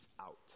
out